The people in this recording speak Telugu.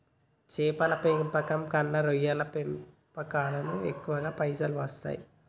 చేపల పెంపకం కన్నా రొయ్యల పెంపులను ఎక్కువ పైసలు వస్తాయి